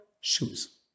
shoes